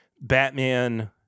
Batman